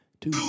Two